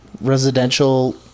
Residential